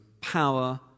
power